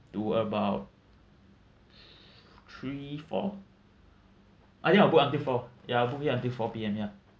to about three four I think I'll book until four ya I'll book it until four P_M ya